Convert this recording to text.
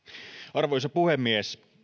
arvoisa puhemies